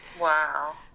wow